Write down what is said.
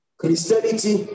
Christianity